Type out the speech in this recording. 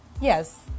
Yes